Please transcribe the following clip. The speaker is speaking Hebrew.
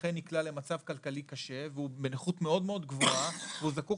נכה נקלע למצב כלכלי קשה והוא בנכות מאוד מאוד גבוהה והוא זקוק